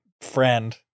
friend